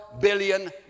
billion